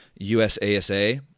USASA